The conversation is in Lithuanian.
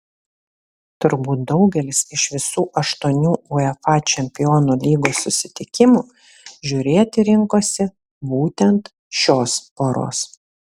turbūt daugelis iš visų aštuonių uefa čempionų lygos susitikimų žiūrėti rinkosi būtent šios poros